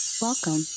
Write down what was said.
Welcome